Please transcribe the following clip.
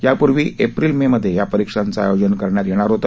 यापूर्वी April May मध्ये या परिक्षांचे आयोजन करण्यात येणार होते